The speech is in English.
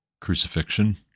crucifixion